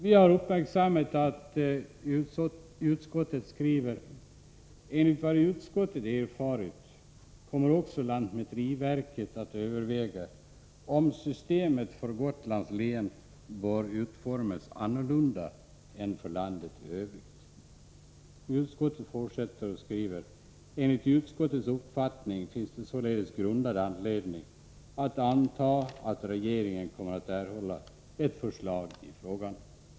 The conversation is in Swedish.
Vi har uppmärksammat att utskottet skriver: ”Enligt vad utskottet erfarit kommer också LMV att överväga om systemet för Gotlands län bör utformas annorlunda än för landet i övrigt.” Enligt utskottets uppfattning finns således grundad anledning anta att regeringen kommer att erhålla ett förslag i frågan.